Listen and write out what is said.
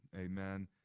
Amen